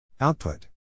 Output